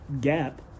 Gap